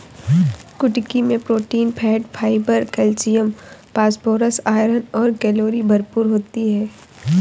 कुटकी मैं protein, fat, fibre, calcium, phosphorus, iron और कैलोरी भरपूर होती है